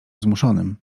zmuszonym